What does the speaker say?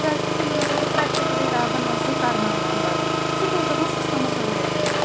کیٛازِکہِ تِمَن ٲسٕس بہٕ پرٛؠکٹِکٔلی لیبَن منٛز سُہ کَرناوان پَتہٕ سُہ تہِ اوس آسان سِسٹَمَس رِلیٹِڈٕے